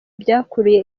byakuruye